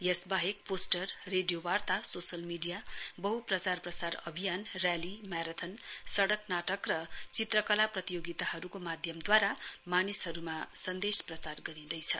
यसबाहेक poster radio वार्ता social media बहुप्रचार प्रसार अभियान न्याली म्याराथन सडक नाटक र चित्रकला प्रतियोगिताहरूको माध्यमद्वारा मानिसहरूमा सन्देश प्रचार गरिँदैछ